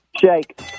Shake